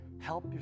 help